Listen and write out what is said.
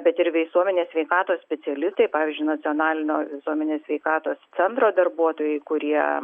bet ir visuomenės sveikatos specialistai pavyzdžiui nacionalinio visuomenės sveikatos centro darbuotojai kurie